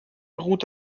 ruht